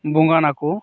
ᱵᱚᱸᱜᱟᱱᱟᱠᱚ